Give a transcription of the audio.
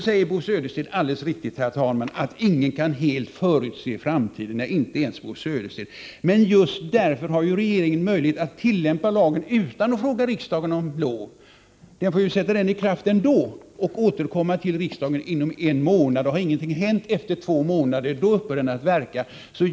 Bo Södersten säger helt riktigt, herr talman, att ingen kan förutse framtiden. Nej, inte ens Bo Södersten! Just därför har regeringen möjlighet att tillämpa denna lag utan att fråga riksdagen om lov. Regeringen får ju sätta prisregleringslagen i kraft och återkomma till riksdagen inom en månad. Om ingenting har hänt efter två månader upphör lagen att verka.